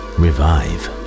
revive